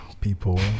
people